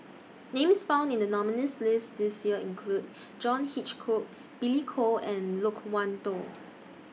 Names found in The nominees' list This Year include John Hitchcock Billy Koh and Loke Wan Tho